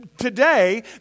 today